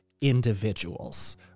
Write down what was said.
individuals